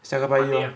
下个拜一 lor